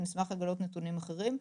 ונשמח לגלות נתונים אחרים,